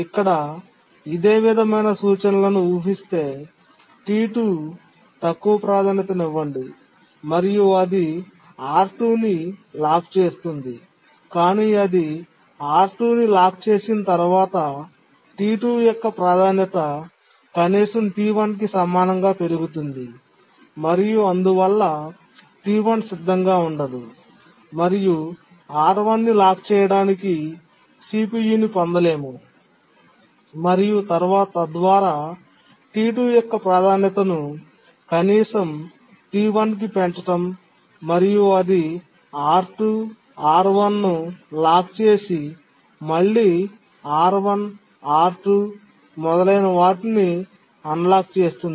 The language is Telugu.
ఇక్కడ ఇదే విధమైన సూచనలను వుహిస్తే T2 తక్కువ ప్రాధాన్యతనివ్వండి మరియు అది R2 ని లాక్ చేస్తుంది కానీ అది R2 ని లాక్ చేసిన తర్వాత T2 యొక్క ప్రాధాన్యత కనీసం T1 కి సమానంగా పెరుగుతుంది మరియు అందువల్ల T1 సిద్ధంగా ఉండదు మరియు R1 ని లాక్ చేయడానికి CPU ని పొందలేము మరియు తద్వారా T2 యొక్క ప్రాధాన్యతను కనీసం T1 కి పెంచడం మరియు అది R2 R1 ను లాక్ చేసి మళ్ళీ R1 R2 మొదలైనవాటిని అన్లాక్ చేస్తుంది